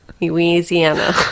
Louisiana